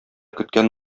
көткән